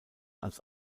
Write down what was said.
als